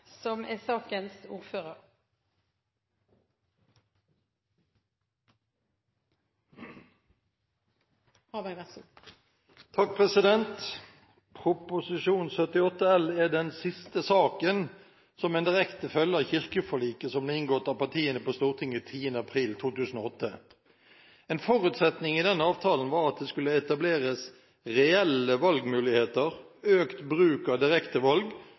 som er en direkte følge av kirkeforliket som ble inngått av partiene på Stortinget 10. april 2008. En forutsetning i den avtalen var at det skulle etableres «reelle valgmuligheter, økt bruk av direktevalg og kirkevalg samtidig med offentlige valg».